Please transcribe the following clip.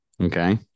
Okay